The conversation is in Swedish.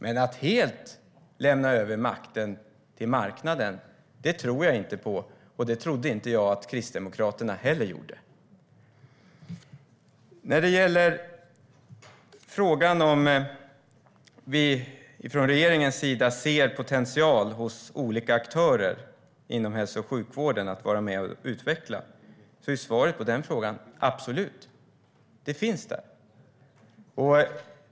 Men att helt lämna över makten till marknaden tror jag inte på, och det trodde jag inte heller att Kristdemokraterna gjorde. När det gäller frågan om vi från regeringens sida ser en potential hos olika aktörer inom hälso och sjukvården att vara med och utveckla den är svaret: Absolut, den finns där.